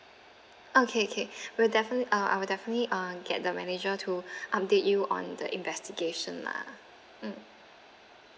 okay okay we'll definitely uh I'll definitely uh get the manager to update you on the investigation lah mm